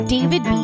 David